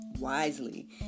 Wisely